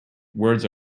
words